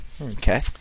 Okay